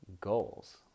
goals